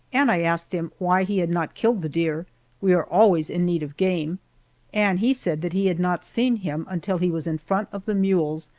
and i asked him why he had not killed the deer we are always in need of game and he said that he had not seen him until he was in front of the mules,